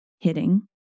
hitting